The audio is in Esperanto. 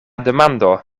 demando